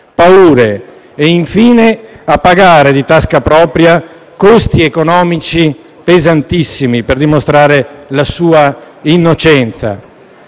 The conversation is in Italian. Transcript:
paure, e infine a pagare di tasca propria costi economici pesantissimi per dimostrare la sua innocenza,